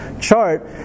chart